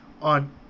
on